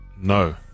no